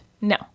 No